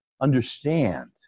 understand